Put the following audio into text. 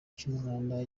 cy’umwanda